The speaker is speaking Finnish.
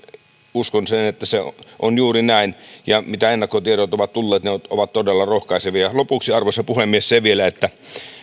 uskon että se on juuri näin ja mitä ennakkotietoja on tullut ne ovat todella rohkaisevia lopuksi arvoisa puhemies se vielä että